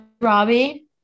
Robbie